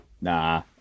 Nah